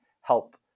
help